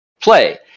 play